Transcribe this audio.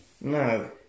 No